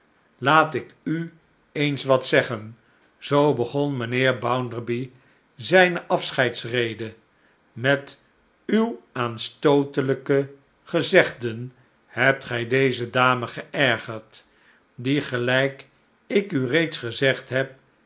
laat ik u eens wat zeggen zoo begon mijnheer bounderby zijne afscheidsrede met uw aanstootelijke gezegden hebt gij deze dame geergerd die gelijk ik u reeds gezegd heb